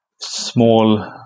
small